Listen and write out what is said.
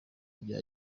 bya